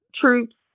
troops